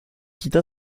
quitta